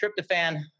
tryptophan